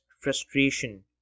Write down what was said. frustration